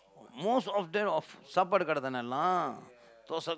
most of them of சாப்பாடு கடை தானே எல்லாம்:saapaadu kadai thaanee ellaam dosai